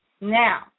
Now